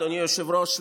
אדוני היושב-ראש,